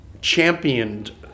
championed